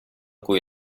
cui